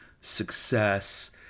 success